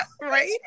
Right